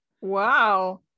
Wow